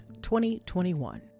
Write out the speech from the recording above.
2021